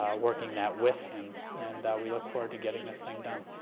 working that with him, and we look forward to getting this thing done.